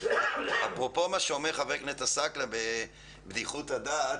אפרופו מה שאומר חבר הכנסת עסאקלה בבדיחות הדעת